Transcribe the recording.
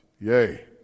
Yay